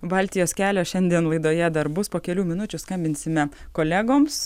baltijos kelio šiandien laidoje dar bus po kelių minučių skambinsime kolegoms